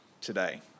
today